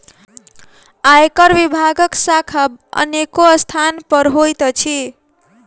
आयकर विभागक शाखा अनेको स्थान पर होइत अछि